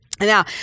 Now